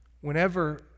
Whenever